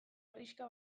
herrixka